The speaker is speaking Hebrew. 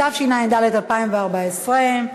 התשע"ד 2014,